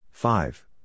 Five